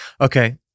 Okay